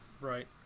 right